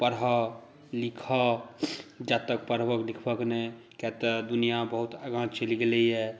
पढ़ लिख जाबे तक पढ़ब लिखब नहि कियाक तऽ दुनिआँ बहुत आगाँ चलि गेलै यऽ